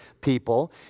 people